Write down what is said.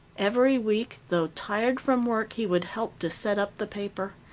every week, though tired from work, he would help to set up the paper.